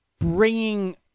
bringing